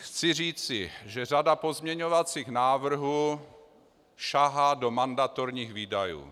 Chci říci, že řada pozměňovacích návrhů sahá do mandatorních výdajů.